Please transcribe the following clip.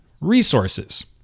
resources